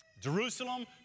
Jerusalem